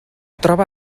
troba